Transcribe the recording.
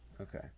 Okay